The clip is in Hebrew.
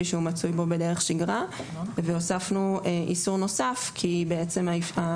שהוא מצוי בו בדרך שגרה והוספנו איסור נוסף כי הצימוד